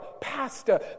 pastor